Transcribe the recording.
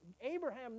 Abraham